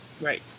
Right